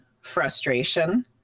frustration